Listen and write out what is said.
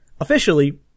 Officially